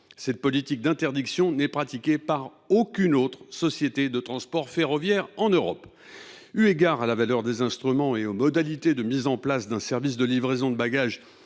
Cette politique d’interdiction n’est pratiquée par aucune autre société de transport ferroviaire en Europe. Eu égard à la valeur des instruments et aux modalités du service de livraison de bagages,